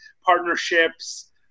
partnerships